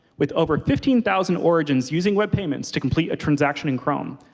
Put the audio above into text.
with over fifteen thousand origins using web payments to complete a transaction in chrome.